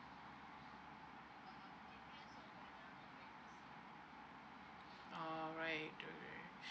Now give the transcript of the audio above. alright alright